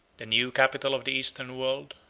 the new capital of the eastern world,